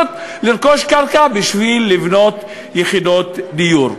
לרכוש קרקע בשביל לבנות יחידות דיור.